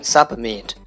Submit